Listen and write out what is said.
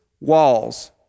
walls